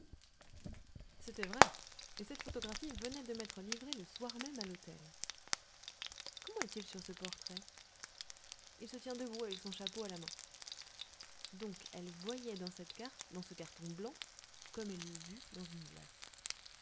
c'était vrai et cette photographie venait de m'être livrée le soir même à l'hôtel comment est-il sur ce portrait il se tient debout avec son chapeau à la main donc elle voyait dans cette carte dans ce carton blanc comme elle eût vu dans une glace